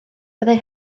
byddai